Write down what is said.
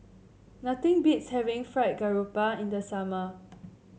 nothing beats having Fried Garoupa in the summer